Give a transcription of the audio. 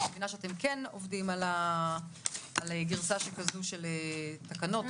אני מבינה שאתם כן עובדים על גירסה כזאת של תקנות חוק.